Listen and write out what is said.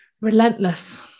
relentless